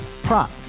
prop